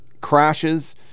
crashes